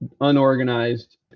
unorganized